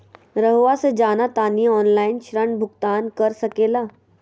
रहुआ से जाना तानी ऑनलाइन ऋण भुगतान कर सके ला?